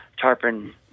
tarpon